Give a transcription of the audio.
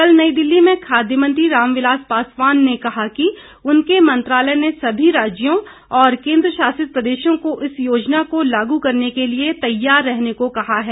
कल नई दिल्ली में खाद्य मंत्री रामविलास पासवान ने कहा कि उनके मंत्रालय ने सभी राज्यों और केन्द्र शासित प्रदेशों को इस योजना को लागू करने के लिए तैयार रहने को कहा है